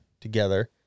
together